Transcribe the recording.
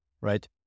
right